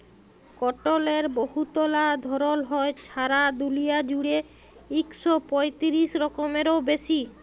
কটলের বহুতলা ধরল হ্যয়, ছারা দুলিয়া জুইড়ে ইক শ পঁয়তিরিশ রকমেরও বেশি